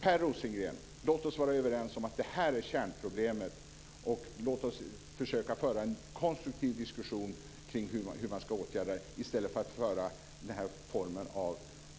Per Rosengren! Låt oss vara överens om att det här är kärnproblemet, och låt oss försöka föra en konstruktiv diskussion kring hur man ska åtgärda det i stället för att hålla den här formen av